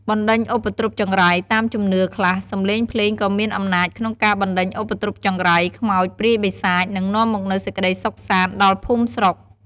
បណ្តេញឧបទ្រពចង្រៃ តាមជំនឿខ្លះ សំឡេងភ្លេងក៏មានអំណាចក្នុងការបណ្តេញឧបទ្រពចង្រៃ ខ្មោចព្រាយបិសាច និងនាំមកនូវសេចក្តីសុខសាន្តដល់ភូមិស្រុក។